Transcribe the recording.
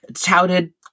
touted